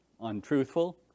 untruthful